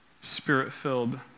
spirit-filled